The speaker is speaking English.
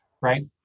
Right